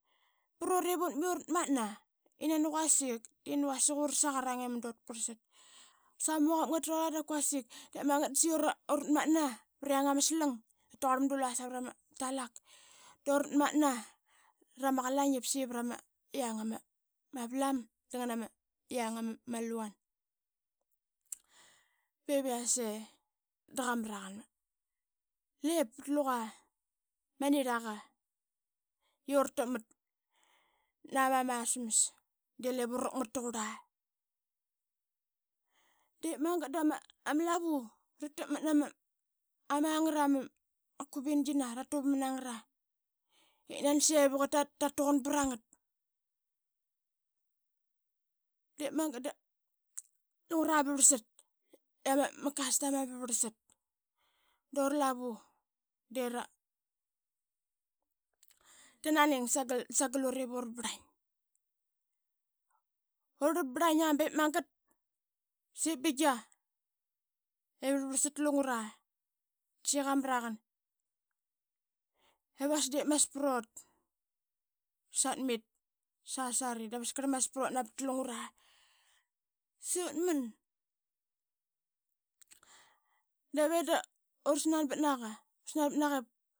Prut ip utmei uratmatna i nai quasik de nani quasik uras aqarang i modot parsat. Qasa ama muaqap atrora dap quasik de mangat da sai orotmatna priang ama slang ip taquar modo lungra savarama talak doratmatna rama qalaing ip sai i variang ama valam dangana i yang ama luan. Bevi i yas ee da qamaraqn ngit pat luga ama niraqa i yu ratakmat na amam asmas de lep ura rakmat tuqura dep mangat dama lavu ratuvup nama ngat ama kubingina i ratuvam nangat ip nani sevuk ip tatuqan brangat dep mangat da lungra ba varsat i ama cutsoma ba varsat doralavu de rananing sangat ut ip ura brling, ura brlinga bep mangat da saiep binga i varvarsa lungra da sai i gamaraqan ip asdipmasprot satmit sasari dap askar masprot navat lungra. Da sai utman ura snanbatnaqa.